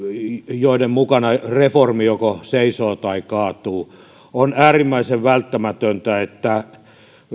joiden mukana reformi joko seisoo tai kaatuu on äärimmäisen välttämätöntä että